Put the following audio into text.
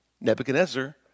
Nebuchadnezzar